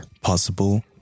possible